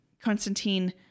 Constantine